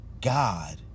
God